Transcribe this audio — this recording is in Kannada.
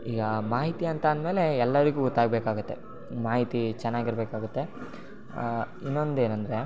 ಈಗ ಮಾಹಿತಿ ಅಂತ ಅಂದಮೇಲೆ ಎಲ್ಲರಿಗು ಗೊತ್ತಾಗಬೇಕಾಗತ್ತೆ ಮಾಹಿತಿ ಚೆನ್ನಾಗಿರ್ಬೇಕಾಗುತ್ತೆ ಇನ್ನೊಂದೇನೆಂದ್ರೆ